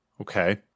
Okay